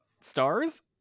Stars